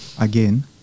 again